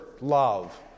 love